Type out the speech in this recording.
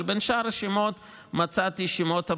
אבל בין שאר השמות מצאתי את השמות הבאים: